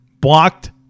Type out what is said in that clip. blocked